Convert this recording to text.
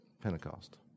Pentecost